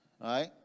Right